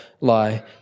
lie